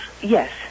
Yes